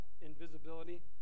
invisibility